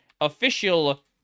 official